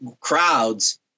crowds